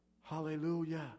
Hallelujah